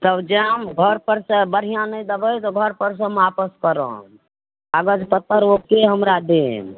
तब जँ घरपर से बढ़िआँ नहि देबय तऽ घरपर सँ हम वापस करब कागज पत्तर ओके हमरा देब